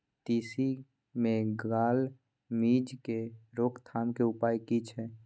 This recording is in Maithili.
तिसी मे गाल मिज़ के रोकथाम के उपाय की छै?